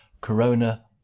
Corona